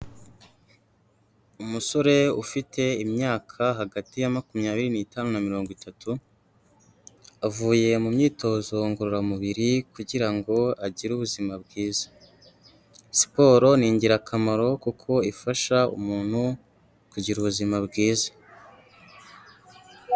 Umusore ufite imyaka hagati ya makumyabiri n'itanu na mirongo itatu, avuye mu myitozo ngororamubiri kugira ngo agire ubuzima bwiza . Siporo ni ingirakamaro kuko ifasha umuntu kugira ubuzima bwiza.